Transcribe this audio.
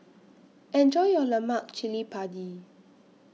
Enjoy your Lemak Cili Padi